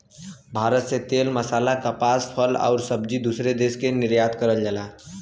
भारत से तेल मसाला कपास फल आउर सब्जी दूसरे देश के निर्यात करल जाला